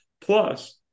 Plus